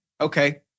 Okay